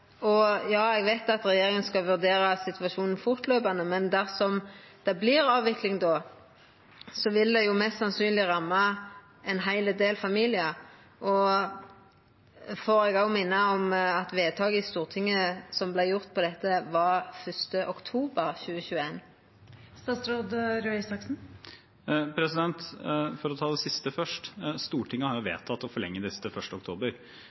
Eg veit at regjeringa skal vurdera situasjonen fortløpande, men dersom det vert avvikling då, vil det mest sannsynleg ramma ein heil del familiar. Eg vil òg minna om at vedtaket i Stortinget som vart gjort på dette, var 1. oktober 2021. For å ta det siste først: Stortinget har jo vedtatt å forlenge disse til 1. oktober.